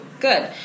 Good